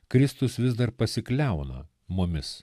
kristus vis dar pasikliauna mumis